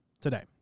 today